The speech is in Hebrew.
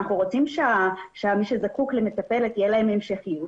אנחנו רוצים שלמי שזקוק למטפלת תהיה להם המשכיות.